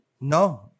no